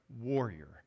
warrior